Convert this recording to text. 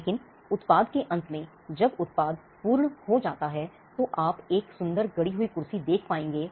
लेकिन उत्पाद के अंत में जब उत्पाद हो पूर्ण हो जाता है तो आप एक सुंदर गढ़ी हुई कुर्सी देख पाएंगे